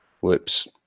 Whoops